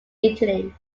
italy